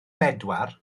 bedwar